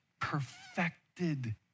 perfected